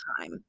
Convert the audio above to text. time